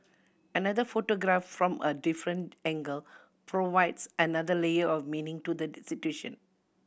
another photograph from a different angle provides another layer of meaning to the situation